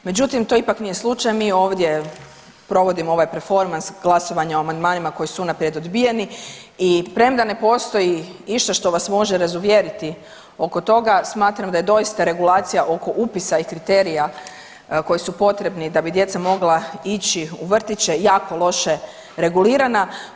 Međutim, to ipak nije slučaj, mi ovdje provodimo ovaj performans glasovanja o amandmanima koji su unaprijed odbijeni i premda ne postoji išta što vas može razuvjeriti oko toga, smatram da je doista regulacija oko upisa i kriterija koji su potrebni da bi djeca mogla ići u vrtiće, jako loše regulirana.